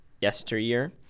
yesteryear